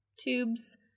tubes